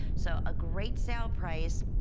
so a great sale price,